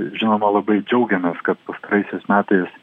žinoma labai džiaugiamės kad pastaraisiais metais